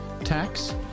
tax